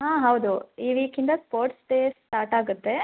ಹಾಂ ಹೌದು ಈ ವೀಕಿಂದ ಸ್ಪೋಟ್ಸ್ ಡೇ ಸ್ಟಾಟ್ ಆಗುತ್ತೆ